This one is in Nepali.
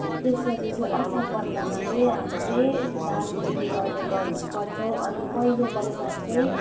त्यसरी चाहिँ असार पन्ध्रमा चाहिँ हामीले धान खेती गर्ने गर्छौँ अनि पहिलो वैशाख चाहिँ